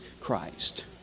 Christ